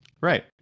right